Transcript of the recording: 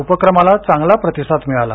या उपक्रमाला चांगला प्रतिसाद मिळाला